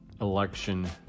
election